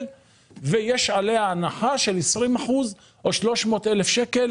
ויש עליה הנחה של 20 אחוזים או 300 אלף שקלים